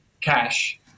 cash